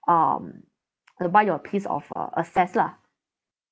um the buy your piece of uh access lah